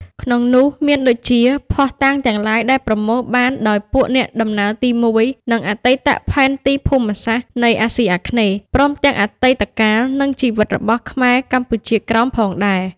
ក្នុងនោះ មានដូចជា ភស្តុតាងទាំងឡាយដែលប្រមូលបានដោយពួកអ្នកដំណើរទី១ និងអតីតផែនទីភូមិសាស្ត្រនៅអាស៊ីអាគ្នេយ៍ ព្រមទាំងអតីតកាល និងជីវិតរបស់ខ្មែរកម្ពុជាក្រោមផងដែរ។